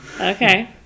Okay